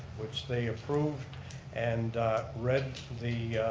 which they approved and read the